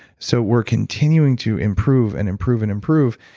so we're continuing to improve and improve and improve,